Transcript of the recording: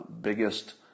biggest